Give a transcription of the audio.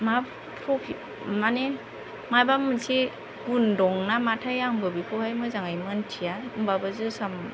मा प्रफित माने माबा मोनसे गुन दं नामाथाय आंबो बेखौहाय मोजाङै मिन्थिया होमब्लाबो जोसा